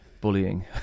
bullying